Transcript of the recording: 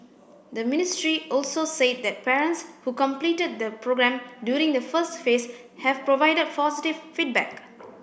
the ministry also said that parents who completed the programme during the first phase have provided positive feedback